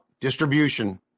distribution